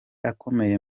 akomeye